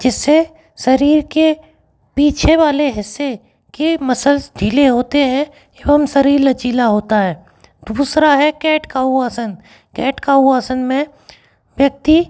जिस से शरीर के पीछे वाले हिस्से के मसल्स ढीले होते हैं एवं शरीर लचीला होता है दूसरा है कैटकाउ आसन कैट काऊ आसन में व्यक्ति